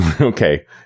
Okay